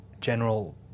general